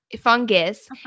Fungus